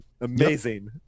Amazing